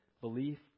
belief